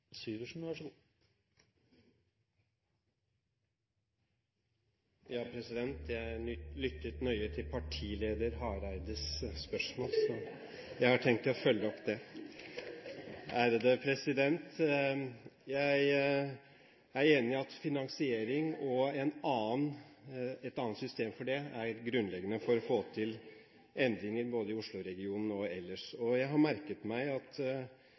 Jeg lyttet nøye til partileder Hareides spørsmål. Jeg har tenkt å følge opp det. Jeg er enig i at finansiering og et annet system for det er helt grunnleggende for å få til endringer, både i Oslo-regionen og ellers. Jeg har merket meg at